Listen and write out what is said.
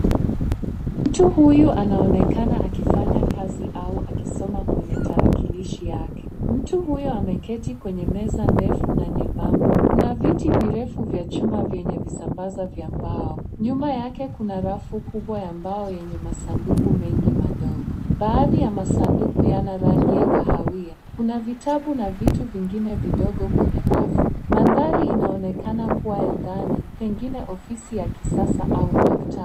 Mtu huyu anaonekana akifanya kazi au akisoma kwenye tarakilishi yake. Mtu huyo ameketi kwenye meza ndefu na nyembamba. Kuna viti virefu vya chuma vyenye visambaza vya mbao. Nyuma yake kuna rafu kubwa ya mbao yenye masanduku mengi madogo. Baadhi ya masanduku yana rangi ya kahawia. Kuna vitabu na vitu vingine vidogo kwenye rafu. Mandhari inaonekana kuwa ya ndani, pengine ofisi ya kisasa au makta.